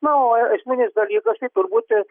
na o esminis dalykas tai turbūt